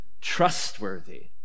trustworthy